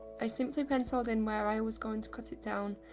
i simply pencilled in where i was going to cut it down,